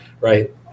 Right